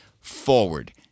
forward